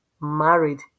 married